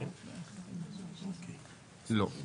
לא.